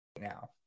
now